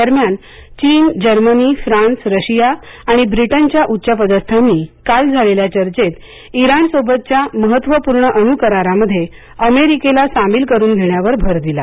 दरम्यान चीन Germany France Russia आणि ब्रिटन च्या उच्चपदस्थांनी काल झालेल्या चर्चेत इराण सोबतच्या महत्वपूर्ण अणुकरारामध्ये अमेरिकेला सामील करून घेण्यावर भर दिला